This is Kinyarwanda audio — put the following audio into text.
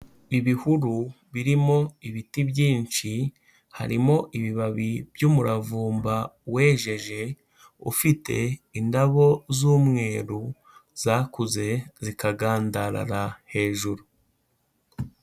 Ibihuru birimo ibiti byinshi, harimo ibibabi by'umuravumba wejeje, ufite indabo z'umweru zakuze zikagandarara hejuru.